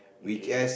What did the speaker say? okay